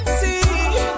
see